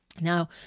Now